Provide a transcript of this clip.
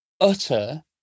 utter